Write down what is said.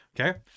okay